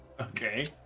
okay